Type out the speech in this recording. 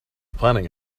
planning